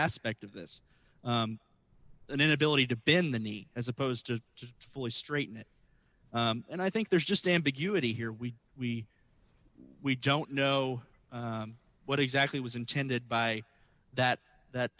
aspect of this an inability to bin the need as opposed to just fully straighten it and i think there's just ambiguity here we we we don't know what exactly was intended by that that